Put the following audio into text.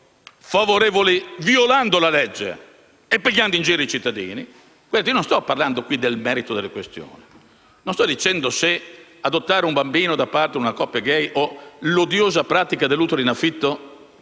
Non sto parlando qui del merito delle questioni. Non sto dicendo se l'adozione di un bambino da parte di una coppia *gay* o l'odiosa pratica dell'utero in affitto siano